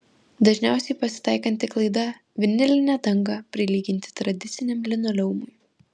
dažniausiai pasitaikanti klaida vinilinę dangą prilyginti tradiciniam linoleumui